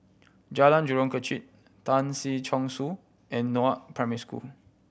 Jalan Jurong Kechil Tan Si Chong Su and Northoaks Primary School